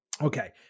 Okay